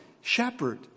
shepherd